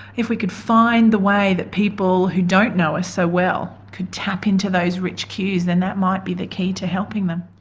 if we could find a way that people who don't know us so well could tap into those rich cues then that might be the key to helping them.